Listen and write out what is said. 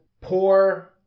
poor